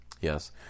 Yes